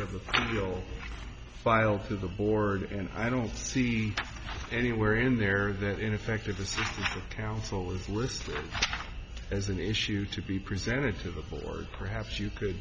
of the deal filed to the board and i don't see anywhere in there that ineffective assistance of counsel is listed as an issue to be presented to the board perhaps you could